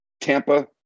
Tampa